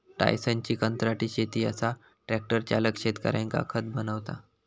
टायसनची कंत्राटी शेती असा ट्रॅक्टर चालक शेतकऱ्यांका खत बनवता